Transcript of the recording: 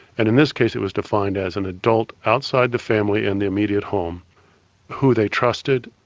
and in this case it was to find as an adult outside the family in the immediate home who they trusted,